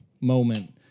moment